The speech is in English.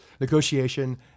negotiation